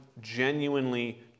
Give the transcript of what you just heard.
genuinely